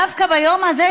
דווקא ביום הזה,